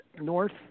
north